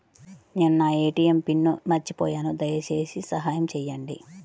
నేను నా ATM pin మర్చిపోయాను దయచేసి సహాయం చేయండి